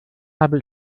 habe